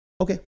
okay